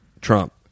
trump